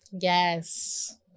yes